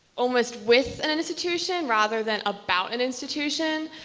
almost with an an institution rather than about an institution.